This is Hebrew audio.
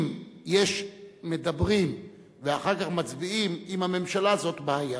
אם מדברים ואחר כך מצביעים עם הממשלה, זאת בעיה.